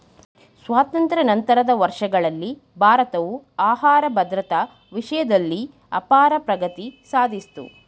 ಸ್ವಾತಂತ್ರ್ಯ ನಂತರದ ವರ್ಷಗಳಲ್ಲಿ ಭಾರತವು ಆಹಾರ ಭದ್ರತಾ ವಿಷಯ್ದಲ್ಲಿ ಅಪಾರ ಪ್ರಗತಿ ಸಾದ್ಸಿತು